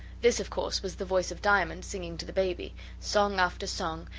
this, of course, was the voice of diamond singing to the baby song after song,